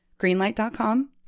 Greenlight.com